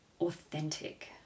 authentic